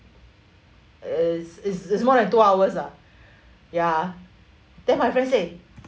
is is is more than two hours ah ya then my friend say